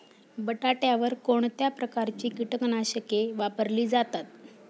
बटाट्यावर कोणत्या प्रकारची कीटकनाशके वापरली जातात?